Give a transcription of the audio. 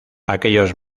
aquellos